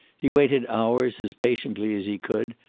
he waited hours, as patiently as he could,